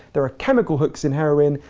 there are chemical hooks in heroin,